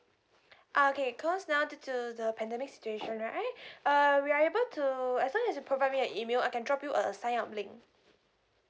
okay cause now due to the pandemic situation right uh we are able to as long as you provide me your email I can drop you a sign up link